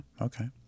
Okay